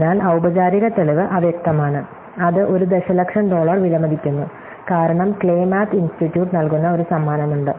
അതിനാൽ ഔപചാരിക തെളിവ് അവ്യക്തമാണ് അത് ഒരു ദശലക്ഷം ഡോളർ വിലമതിക്കുന്നു കാരണം ക്ലേ മാത്ത് ഇൻസ്റ്റിറ്റ്യൂട്ട് നൽകുന്ന ഒരു സമ്മാനം ഉണ്ട്